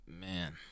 Man